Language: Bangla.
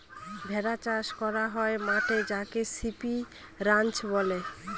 ভেড়া চাষ করা হয় মাঠে যাকে সিপ রাঞ্চ বলে